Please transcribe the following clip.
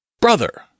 Brother